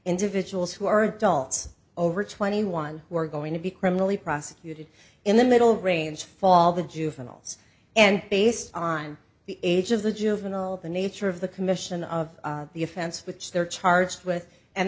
individuals who are adults over twenty one who are going to be criminally prosecuted in the middle range fall the juveniles and based on the age of the juvenile the nature of the commission of the offense which they're charged with and